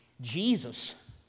Jesus